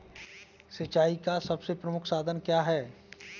सिंचाई का सबसे प्रमुख साधन क्या है?